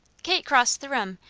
kate crossed the room,